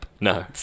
No